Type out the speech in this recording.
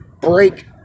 break